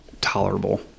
tolerable